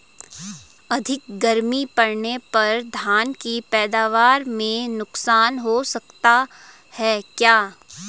अधिक गर्मी पड़ने पर धान की पैदावार में नुकसान हो सकता है क्या?